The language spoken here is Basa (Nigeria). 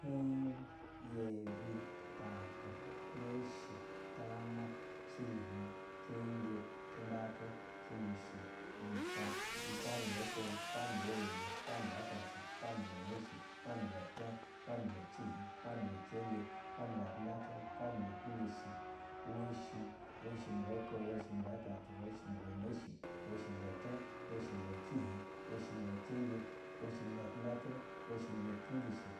Hiih yebi ta tu neshi tana, cihih cenje, tundatu, cinjish, umpwa, umpwa nu boko, umpwa ni bɛ yebi, umpwa nibɛ tɛtu, umpwa ni bɛ neshi, umpwa ni bɛ tɛ, umpwa nibɛ cihih, umpwa ni bɛ cenje, umpwa nibɛ tindɛtu, umpwa ni bɛ cinjishi, woahim woahi nu bo ko, washi nib a tatu woshi ni bɛ neshi woshi ni bɛ tɛ, woshi ni bɛ cihih woshi ni bɛ cenje, woshi ni bɛ tindɛtu, woshi ni bɛ cinjishi,